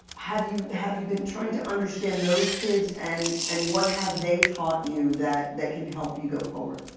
have you have you been trying to understand those kids, and and what have they taught you that that can help you go forward?